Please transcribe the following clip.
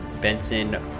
Benson